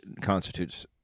constitutes